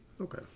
Okay